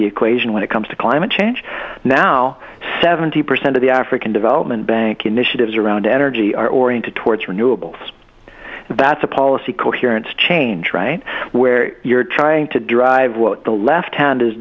the equation when it comes to climate change now seventy percent of the african development bank initiatives around energy are oriented towards renewables that's a policy coherence change right where you're trying to drive what the left hand is